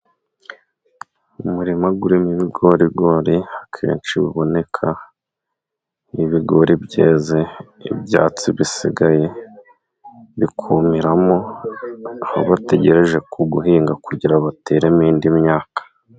Umurima urimo ibigorigori akenshi uboneka, ibigori byeze ibyatsi bisigaye bikumiramo, aho bategereje ku guhinga kugira bateremo indi myaka.